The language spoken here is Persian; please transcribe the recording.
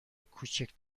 کوچک